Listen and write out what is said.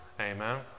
amen